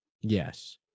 Yes